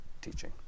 teaching